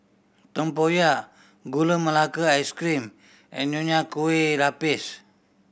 tempoyak Gula Melaka Ice Cream and Nonya Kueh Lapis